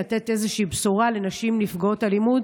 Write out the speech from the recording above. לתת איזה בשורה לנשים נפגעות אלימות,